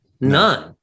none